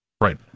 Right